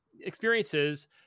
Experiences